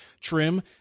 trim